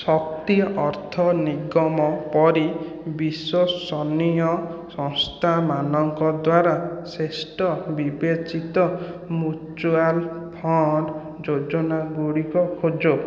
ଶକ୍ତି ଅର୍ଥ ନିଗମ ପରି ବିଶ୍ଵସନୀୟ ସଂସ୍ଥାମାନଙ୍କ ଦ୍ଵାରା ଶ୍ରେଷ୍ଠ ବିବେଚିତ ମ୍ୟୁଚୁଆଲ ଫଣ୍ଡ ଯୋଜନା ଗୁଡ଼ିକ ଖୋଜ